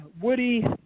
Woody